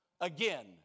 again